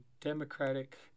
democratic